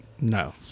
No